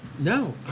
No